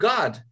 God